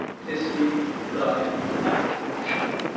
thisby, lion, and moonshine